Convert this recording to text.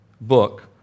book